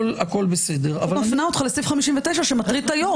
אני מפנה אותך לסעיף 59 שמטריד את היושב-ראש